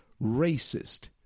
racist